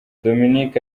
dominic